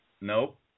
nope